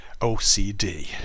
OCD